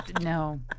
No